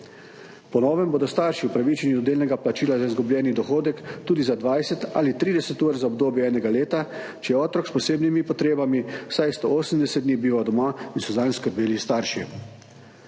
Po novem bodo starši upravičeni do delnega plačila za izgubljeni dohodek tudi za 20 ali 30 ur za obdobje enega leta, če je otrok s posebnimi potrebami vsaj 180 dni bival doma in so zanj skrbeli starši.